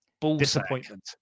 Disappointment